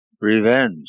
revenge